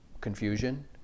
confusion